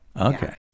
Okay